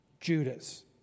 Judas